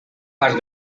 parts